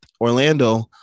Orlando